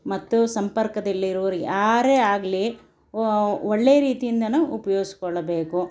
ಮತ್ತು ಸಂಪರ್ಕದಲ್ಲಿರುವವರು ಯಾರೇ ಆಗಲಿ ಒಳ್ಳೆಯ ರೀತಿಯಿಂದಲೂ ಉಪಯೋಗಿಸಿಕೊಳ್ಳಬೇಕು